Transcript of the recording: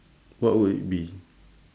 what would it be